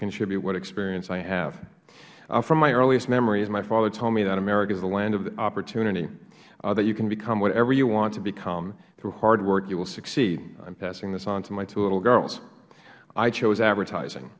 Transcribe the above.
contribute what experience i have from my earliest memories my father told me that america is the land of opportunity or that you can become whatever you want to become through hard work you will succeed i'm passing this on to my two little girls i chose advertising